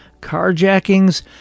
carjackings